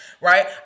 right